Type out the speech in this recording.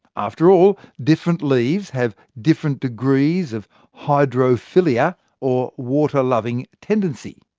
after all, different leaves have different degrees of hydrophilia or water-loving tendency.